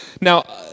Now